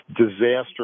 disaster